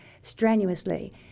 strenuously